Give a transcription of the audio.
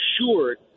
assured